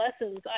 lessons